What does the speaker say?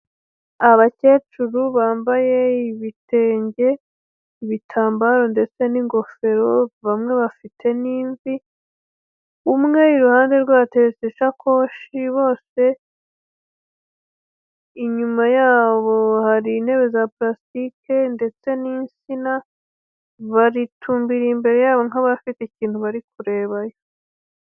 Abakecuru bambaye ibitenge, ibitambaro, ndetse n'ingofero, bamwe bafite n'imvi, umwe iruhanderwe hateretse isakoshi, bose inyuma yabo hari intebe za palasitike, ndetse n'insina, batumbiriye imbere yabo nk'abafite ikintu bari kurebayo.